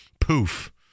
poof